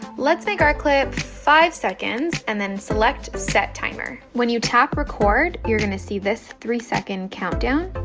let's make our clip five seconds and then select set timer. when you tap record, you're going to see this three second countdown.